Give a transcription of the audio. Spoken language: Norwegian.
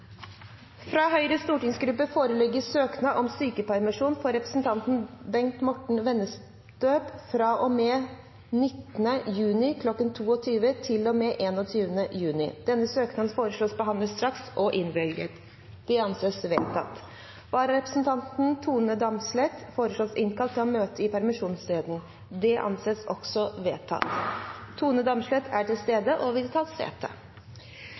Fra Høyres stortingsgruppe foreligger søknad om sykepermisjon for representanten Bengt Morten Wenstøb fra og med 19. juni kl. 22 til og med 21. juni. Etter forslag fra presidenten ble enstemmig besluttet: Søknaden behandles straks og innvilges. Vararepresentanten Tone Damsleth innkalles for å møte i permisjonstiden. Tone Damsleth er til stede og vil ta sete.